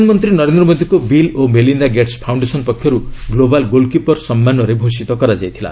ପ୍ରଧାନମନ୍ତ୍ରୀ ନରେନ୍ଦ୍ର ମୋଦିଙ୍କୁ ବିଲ୍ ଓ ମେଲିନ୍ଦା ଗେଟ୍ସ୍ ଫାଉଣ୍ଡେସନ୍ ପକ୍ଷରୁ 'ଗ୍ଲୋବାଲ୍ ଗୋଲ୍କିପର୍' ସମ୍ମାନରେ ଭୂଷିତ କରାଯାଇଥିଲା